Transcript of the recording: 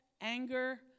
anger